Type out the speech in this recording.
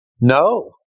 No